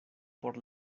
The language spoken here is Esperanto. por